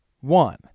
One